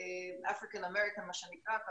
מה שנקרא אפריקן אמריקן,